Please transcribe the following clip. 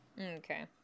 Okay